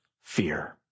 fear